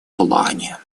плане